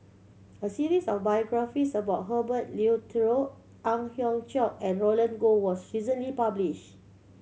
a series of biographies about Herbert Eleuterio Ang Hiong Chiok and Roland Goh was recently published